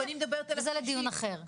וזה לדיון אחר.